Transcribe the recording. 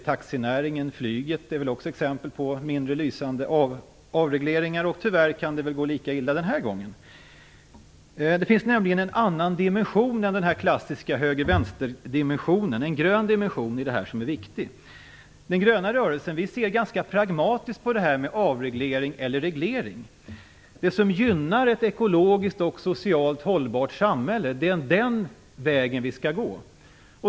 Taxinäringen och flyget är exempel på mindre lysande avregleringar. Tyvärr kan det gå lika illa den här gången. Det finns nämligen en annan dimension än den klassiska höger - vänster-dimensionen. Det finns en grön dimension i detta som är viktig. Den gröna rörelsen ser ganska pragmatiskt på detta med avreglering eller reglering. Den väg som vi skall gå är den väg som gynnar ett ekologiskt och socialt hållbart samhälle.